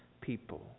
people